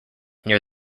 near